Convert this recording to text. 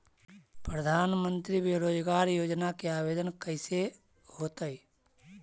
प्रधानमंत्री बेरोजगार योजना के आवेदन कैसे होतै?